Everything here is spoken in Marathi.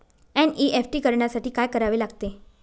एन.ई.एफ.टी करण्यासाठी काय करावे लागते?